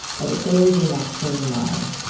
and it goes in that same line.